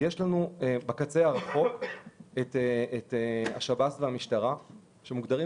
בקצה הרחוק יש שב"ס והמשטרה שמוגדרים